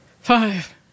Five